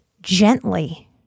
gently